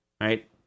right